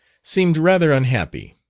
seemed rather unhappy.